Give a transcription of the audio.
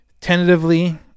tentatively